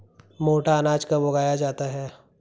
मोटा अनाज कब उगाया जाता है?